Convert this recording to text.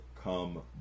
come